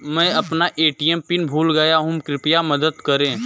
मैं अपना ATM pin भूल गया हूँ, कृपया मदद करें